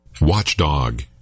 Watchdog